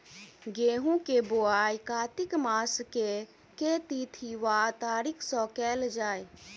गेंहूँ केँ बोवाई कातिक मास केँ के तिथि वा तारीक सँ कैल जाए?